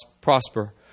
prosper